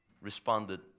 Responded